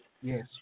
Yes